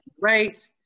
Right